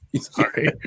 Sorry